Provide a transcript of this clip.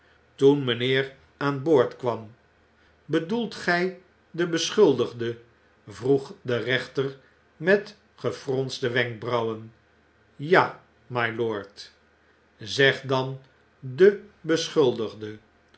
toen mijnheer aan boord kwam bedoelt gg den beschuldigde vroeg derechter met gefronste wenkbrauwen ja mylord zeg dan de beschuldigde